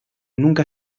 nunca